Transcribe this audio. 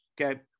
Okay